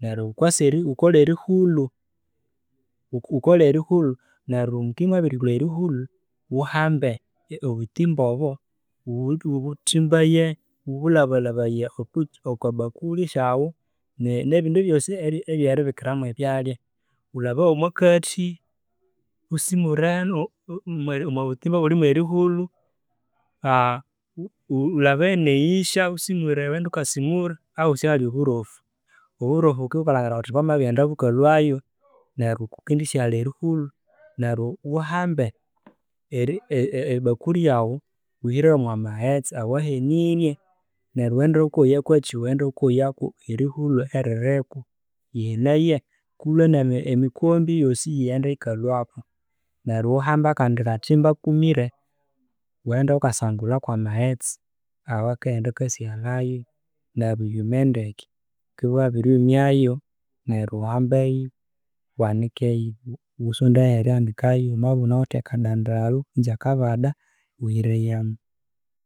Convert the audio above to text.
neryo kukasa ghukole erihulhu neryo mukibya mwa birilhwa erhulhu, ghuhambe obuthimba obo, ghubuthimbaye ghubulhabalhabaye okwa bakuli syaghu ne nebindu byosi ebyeribikira mwe byalhya. Ghulabaye omwakati, ghu ghusimuremo mwo butimba obulhi mwe rihulhu, ghulhabaye ne yihya usimure, ghughende ghukasimura ahosi ahali oburofu. Oburofu ghukibya ghukalhangira ghuthi bwamabirighenda bukalhwayo, neryo kukendi sighalha erihulhu, neryo ghuhambe bakuli yaghu ghuhire yomwa maghetse owa henirye neryo ghughende ghukoya kwakyi, ghughende ghukoya kwerihulhu eriririko yihenaye kwilwe ne mikombi yosi yighende yikalhwako neryo ghuhambe akandi kachimba akumire, ghughende ghukasangulha kwa maghetse awakaghenda akasighalhayoneryo byume ndeke. Ghukibya wabiryumyayo, wanikeyo ghusondaye aheryanikayo wamabya ighunawithe akadndala kwisi akabada ghutheke yomo.